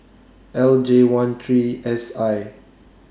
L J one three S I